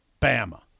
Bama